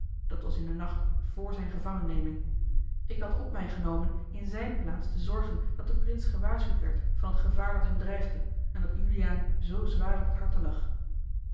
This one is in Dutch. dat was in den nacht vr zijne gevangenneming ik had op mij genomen in zijne plaats te zorgen dat de prins gewaarschuwd werd van het gevaar dat hem dreigde en dat juliaan zoo zwaar op het harte lag